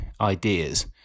ideas